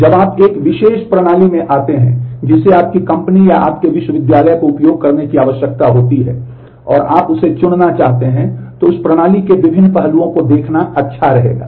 अब जब आप एक विशेष प्रणाली में आते हैं जिसे आपकी कंपनी या आपके विश्वविद्यालय को उपयोग करने की आवश्यकता होती है और आप उसे चुनना चाहते हैं तो उस प्रणाली के विभिन्न पहलुओं को देखना अच्छा रहेगा